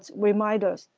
reminder,